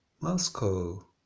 Moscow